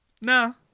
No